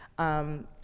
um,